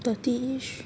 thirty-ish